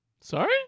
Sorry